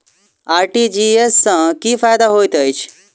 RTGS सँ की फायदा होइत अछि?